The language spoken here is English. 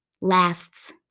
lasts